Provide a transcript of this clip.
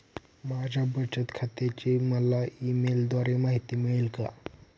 माझ्या बचत खात्याची मला ई मेलद्वारे माहिती मिळेल का?